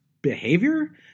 behavior